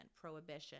prohibition